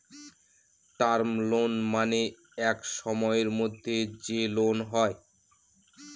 term loan মানে এক সময়ের মধ্যে যে লোন হয়